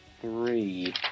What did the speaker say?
three